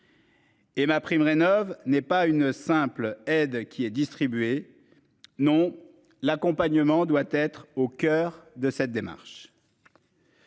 Et ma prime Rénov'n'est pas une simple aide qui est distribué. Non l'accompagnement doit être au coeur de cette démarche.